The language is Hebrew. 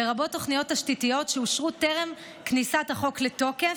לרבות תוכניות תשתיתיות שאושרו טרם כניסת החוק לתוקף,